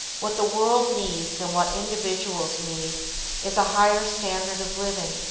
what the world needs and what individuals need is a higher standard of living,